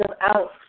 out